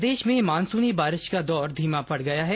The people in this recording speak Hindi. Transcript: प्रदेश में मानसूनी बारिश का दौर धीमा पड़ गया है